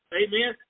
amen